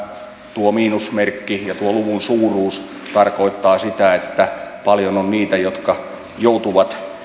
tuo miinusmerkki ja tuo luvun suuruus tarkoittavat sitä että paljon on niitä jotka joutuvat